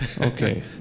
Okay